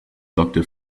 doctor